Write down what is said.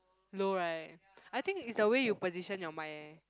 low right I think it's the way you position your mind eh